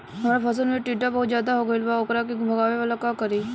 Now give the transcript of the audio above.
हमरा फसल में टिड्डा बहुत ज्यादा हो गइल बा वोकरा के भागावेला का करी?